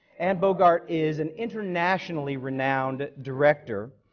anne bogart is an internationally renowned director,